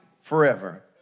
forever